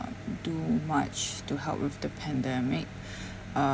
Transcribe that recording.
do much to help with the pandemic uh